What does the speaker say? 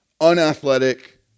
unathletic